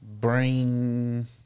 brain